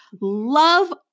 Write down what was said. love